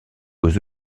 aux